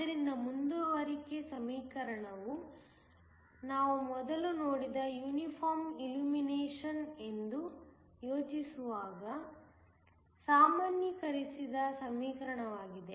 ಆದ್ದರಿಂದ ಮುಂದುವರಿಕೆ ಸಮೀಕರಣವು ನಾವು ಮೊದಲು ನೋಡಿದ ಯೂನಿಫಾರ್ಮ್ ಇಲ್ಯುಮಿನೇಷನ್ ಎಂದು ಯೋಚಿಸುವಾಗ ಸಾಮಾನ್ಯೀಕರಿಸಿದ ಸಮೀಕರಣವಾಗಿದೆ